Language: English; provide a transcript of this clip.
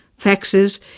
Faxes